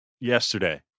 yesterday